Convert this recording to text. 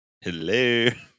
Hello